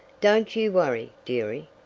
don't you worry, dearie.